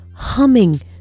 Humming